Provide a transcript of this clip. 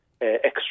extra